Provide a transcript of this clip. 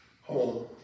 home